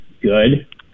good